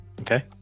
Okay